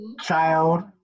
child